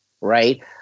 right